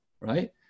right